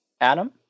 Adam